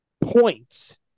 points